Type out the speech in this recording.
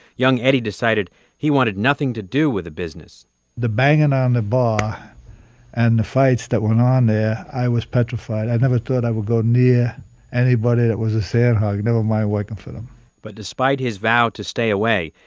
young eddie decided he wanted nothing to do with the business the banging on the bar and the fights that went on there, i was petrified. i never thought i would go near anybody that was a sandhog, you know um nevermind working for them but despite his vow to stay away,